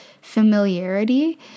familiarity